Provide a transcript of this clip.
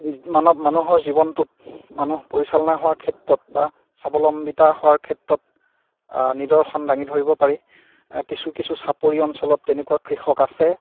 মানৱ মানুহৰ জীৱনটোত মানুহ পৰিচালনা হোৱাৰ ক্ষেত্ৰত বা স্বাৱলম্বিতা হোৱাৰ ক্ষেত্ৰত নিদৰ্শন দাঙি ধৰিব পাৰি কিছু কিছু চাপৰি অঞ্চলত তেনেকুৱা কৃষক আছে